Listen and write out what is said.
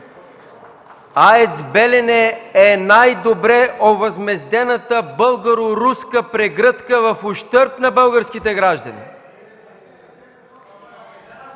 АЕЦ „Белене” е най-добре овъзмездената българо-руска прегръдка в ущърб на българските граждани!